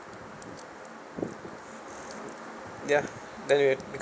ya then we because